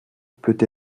peut